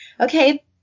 okay